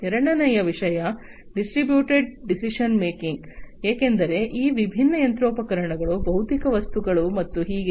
ಎರಡನೆಯ ವಿಷಯ distributed decision making ಏಕೆಂದರೆ ಈ ವಿಭಿನ್ನ ಯಂತ್ರೋಪಕರಣಗಳು ಭೌತಿಕ ವಸ್ತುಗಳು ಮತ್ತು ಹೀಗೆ